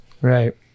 Right